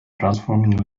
transforming